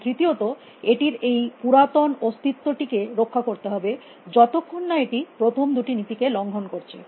এবং তৃতীয়ত এটির এই পুরাতন অস্তিত্ব টিকে রক্ষা করতে হবে যত ক্ষণ না এটি প্রথম দুটি নীতিকে লঙ্ঘন করছে